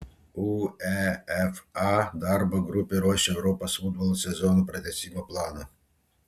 uefa darbo grupė ruošia europos futbolo sezono pratęsimo planą